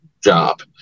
job